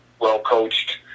well-coached